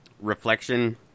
reflection